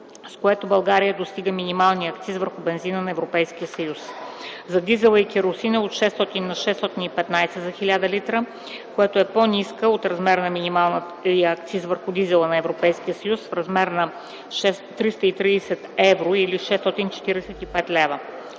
с което България достига минималния акциз върху бензина за ЕС; - за дизела и керосина - от 600 на 615 лв. за 1000 л, която е по-ниска от размера на минималния акциз върху дизела за ЕС в размер 330 евро (645 лв.)